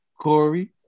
Corey